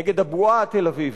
נגד הבועה התל-אביבית.